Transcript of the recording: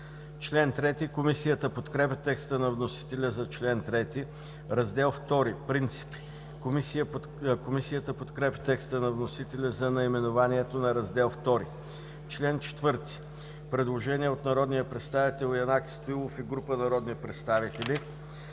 КИРИЛОВ: Комисията подкрепя текста на вносителя за чл. 3. „Раздел ІІ – Принципи“. Комисията подкрепя текста на вносителя за наименованието на Раздел ІІ. Член 4. Предложение от народния представител Янаки Стоилов и група народни представители.